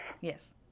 Yes